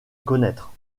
connaître